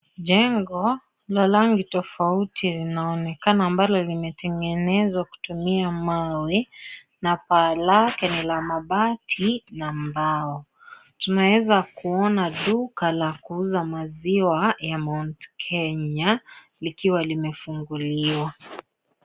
Jengo la rangi tofauti inaonekana ambalo limetengenezwa kutumia mawe na paa lake ni la mabati na mbao tunaweza kuona duka la kuuza maziwa ya Mount Kenya likiwa limefunguliwa.